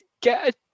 get